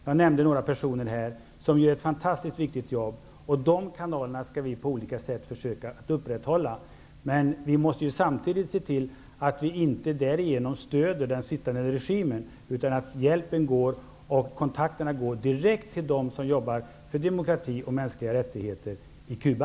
Jag nämnde här några personer som gör ett mycket viktigt arbete. Dessa kanaler skall vi på olika sätt försöka att upprätthålla. Men vi måste samtidigt se till att vi inte därigenom stöder den sittande regimen. Hjälpen och kontakterna skall gå direkt till dem som arbetar för demokrati och mänskliga rättigheter på Cuba.